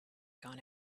gone